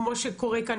כמו שקורה כאן